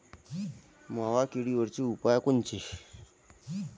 मावा किडीवरचे उपाव कोनचे?